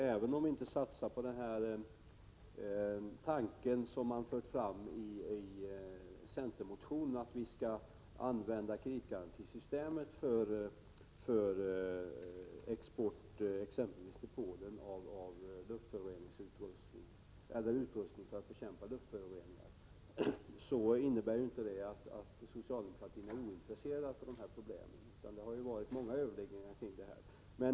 Även om vi inte satsar på den tanke som har förts fram i centermotionen, nämligen att vi skall använda kreditgarantisystemet för export till exempelvis Polen av utrustning för att bekämpa luftföroreningar, innebär inte detta att socialdemokratin är ointresserad av dessa problem. Det har förts många överläggningar i dessa frågor.